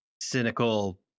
cynical